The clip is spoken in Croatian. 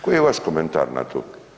Koji je vaš komentar na to?